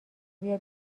بیا